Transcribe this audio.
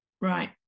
right